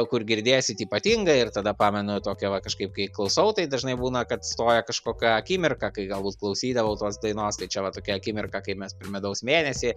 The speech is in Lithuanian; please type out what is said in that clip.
kur girdėsit ypatingai ir tada pamenu tokią va kažkaip kai klausau tai dažnai būna kad stoja kažkokia akimirką kai galbūt klausydavau tos dainos tai čia va tokia akimirka kai mes per medaus mėnesį